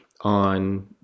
on